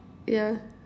yeah